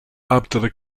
abdullah